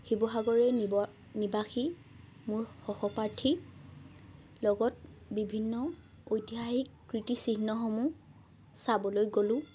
শিৱসাগৰৰে নিবাসী মোৰ সহপাঠীৰ লগত বিভিন্ন ঐতিহাসিক কীৰ্তি চিহ্নসমূহ চাবলৈ গ'লোঁ